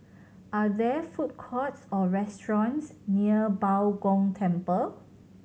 are there food courts or restaurants near Bao Gong Temple